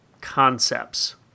concepts